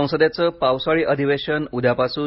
संसदेचं पावसाळी अधिवेशन उद्यापासून